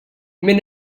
minn